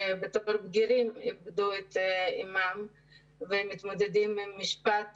איבדו את אמם כבגירים והם מתמודדים עם משפט